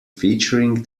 featuring